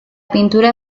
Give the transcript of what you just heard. pintura